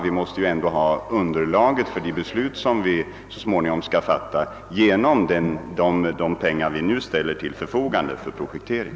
Vi måste ju ha ett underlag för de beslut vi så småningom skall fatta, och det får vi genom de pengar vi nu ställer till förfogande för projektering.